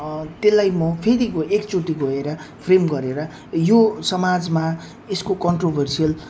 त्यसलाई म फेरि गएर एकचोटि गएर फ्रेम गरेर यो समाजमा यसको कन्ट्रोभर्सियल